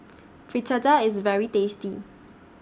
Fritada IS very tasty